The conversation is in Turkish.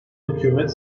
hükümet